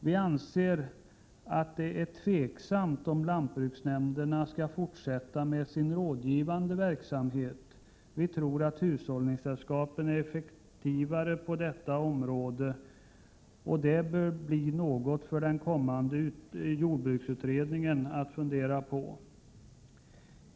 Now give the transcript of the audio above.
Vi anser att det är tveksamt om lantbruksnämnderna skall fortsätta med sin rådgivande verksamhet. Vi tror att hushållningssällskapen är effektivare på detta område. Det bör bli något för den kommande jordbruksutredningen att fundera på.